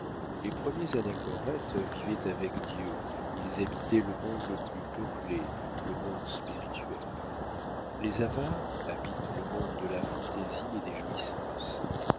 les premiers anachorètes vivaient avec dieu ils habitaient le monde le plus peuplé le monde spirituel les avares habitent le monde de la fantaisie et des jouissances